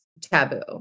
taboo